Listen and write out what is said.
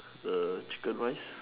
the chicken rice